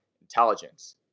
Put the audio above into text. intelligence